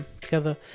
together